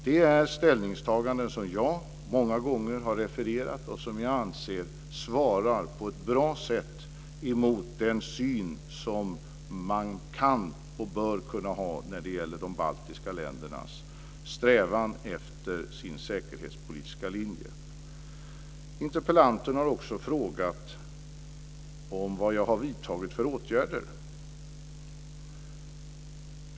Det är ställningstaganden som jag många gånger har refererat och som jag anser på ett bra sätt svarar emot den syn som man kan och bör ha när det gäller de baltiska ländernas strävan efter sin säkerhetspolitiska linje. Interpellanten har också frågat vilka åtgärder jag har vidtagit.